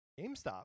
GameStop